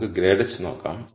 നമുക്ക് grade h നോക്കാം